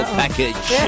package